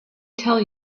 tell